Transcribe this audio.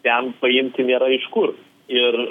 ten paimti vieną iš kur ir